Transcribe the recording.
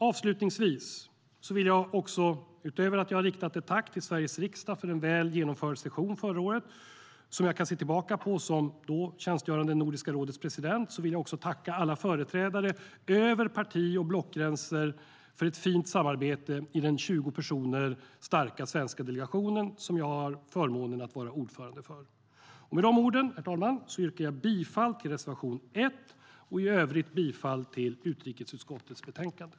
Avslutningsvis: Utöver det tack som jag redan har riktat till Sveriges riksdag för en väl genomförd session förra året som jag kan se tillbaka på som Nordiska rådets då tjänstgörande president vill jag också tacka alla företrädare över parti och blockgränser för ett fint samarbete i den 20 personer starka svenska delegationen som jag har haft förmånen att vara ordförande för. Herr talman! Med dessa ord yrkar jag bifall till reservation 1 och i övrigt bifall till utrikesutskottets förslag i betänkandet.